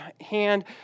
hand